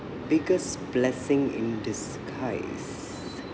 biggest blessing in disguise